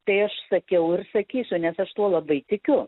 tai aš sakiau ir sakysiu nes aš tuo labai tikiu